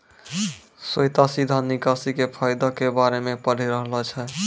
श्वेता सीधा निकासी के फायदा के बारे मे पढ़ि रहलो छै